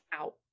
out